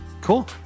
Cool